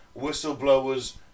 Whistleblowers